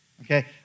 Okay